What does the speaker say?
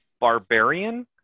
barbarian